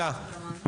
תשעה בעד.